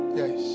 yes